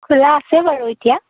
খোলা আছে বাৰু এতিয়া